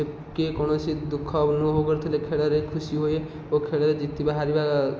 କିଏ କୌଣସି ଦୁଃଖ ଅନୁଭବ କରୁଥିଲେ ଖେଳରେ ଖୁସି ହୋଇ ଓ ଖେଳରେ ଜିତିବା ହାରିବା